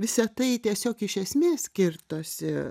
visa tai tiesiog iš esmės kirtosi